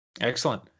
Excellent